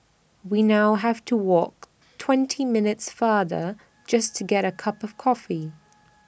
we now have to walk twenty minutes farther just to get A cup of coffee